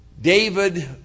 David